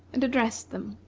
and addressed them.